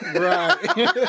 Right